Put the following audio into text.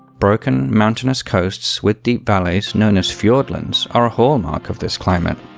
broken, mountainous coasts with deep valleys, known as fjordlands are a hallmark of this climate.